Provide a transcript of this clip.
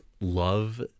love